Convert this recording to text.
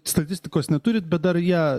statistikos neturit bet dar ją